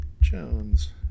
Jones